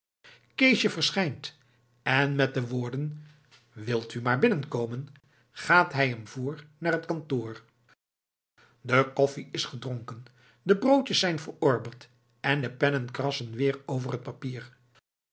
keesje verschijnt en met de woorden wilt u maar binnenkomen gaat hij hem voor naar het kantoor de koffie is gedronken de broodjes zijn verorberd en de pennen krassen weer over het papier